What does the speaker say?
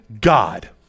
God